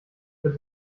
wird